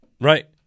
Right